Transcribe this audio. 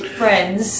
friends